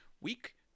week